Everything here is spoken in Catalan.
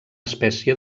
espècie